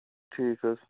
ٹھیٖک حظ